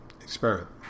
experiment